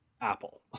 Apple